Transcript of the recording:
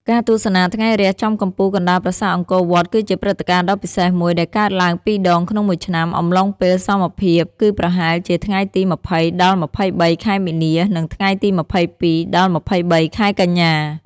ការទស្សនាថ្ងៃរះចំកំពូលកណ្តាលប្រាសាទអង្គរវត្ត គឺជាព្រឹត្តិការណ៍ដ៏ពិសេសមួយដែលកើតឡើងពីរដងក្នុងមួយឆ្នាំអំឡុងពេលសមភាព គឺប្រហែលជាថ្ងៃទី ២០ ដល់ ២៣ ខែមីនា និងថ្ងៃទី ២២ ដល់ ២៣ ខែកញ្ញា។